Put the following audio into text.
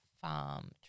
farm